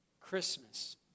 Christmas